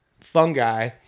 fungi